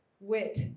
wit